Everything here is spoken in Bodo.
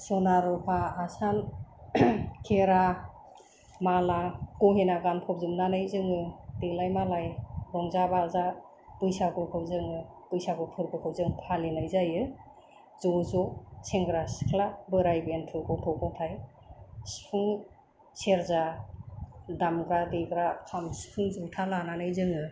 सना रुपा आसान खेरा माला गहेना गानफबजोबनानै जोङो देलाय मालाय रंजा बाजा बैसागुखौ जोङो बैसागु फोरबोखौ जों फालिनाय जायो ज' ज' सेंग्रा सिख्ला बोराय बेनथ' गथ' गथाइ सिफुं सेरजा दामग्रा देग्रा खाम सिफुं जथा लानानै जोङो